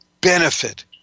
benefit